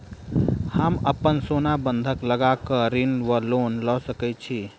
हम अप्पन सोना बंधक लगा कऽ ऋण वा लोन लऽ सकै छी?